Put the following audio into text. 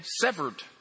severed